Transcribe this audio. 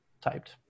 typed